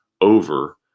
over